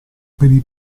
per